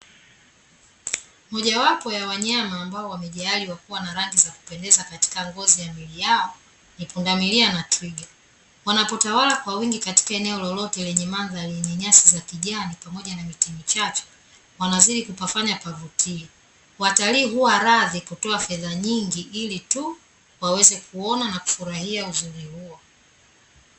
Mojawapo wa wanyama ambao wamejaaliwa kuwa na rangi za kupendeza katika ngozi ya miili yao ni pundamilia na twiga. Wanapotawala kwa wingi katika eneo lolote lenye mandhari yenye nyasi za kijani pamoja na miti michache, wanazidi kupafanya pavutie. Watalii huwa radhi kutoa fedha nyingi ili tu waweze kuona na kufurahia uzuri huo.